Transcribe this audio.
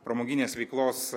pramoginės veiklos